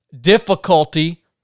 difficulty